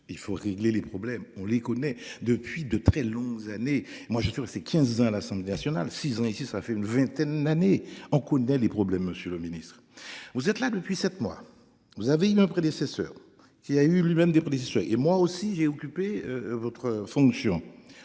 il faut régler les problèmes, on les connaît depuis de très longues années, moi je suis restée 15 à l'Assemblée nationale. Six ans ici ça fait une vingtaine d'années, on connaît les problèmes. Monsieur le Ministre, vous êtes là depuis 7 mois. Vous avez eu un prédécesseur, qui a eu lui-même des policiers. Et moi aussi j'ai occupé votre en fonction.